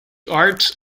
arts